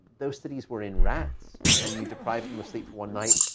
those studies were in rats, and you deprived from the sleep for one night.